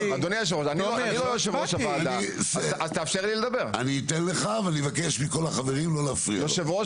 ואני מבקש מכל החברים לא להפריע לו.